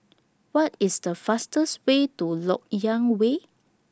What IS The fastest Way to Lok Yang Way